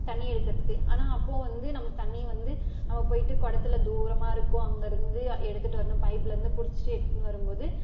தண்ணி இழுக்கிறதுக்கு ஆனால் அப்போது வந்து நமக்கு தண்ணி வந்து நம்ம போயிட்டு குடத்துல தூரமாகருக்கும் அங்கேருந்து எடுத்துட்டு வரணும் பைப்புலேருந்து பிடிச்சிட்டு எடுத்துட்டு வரும்போது